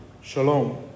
Shalom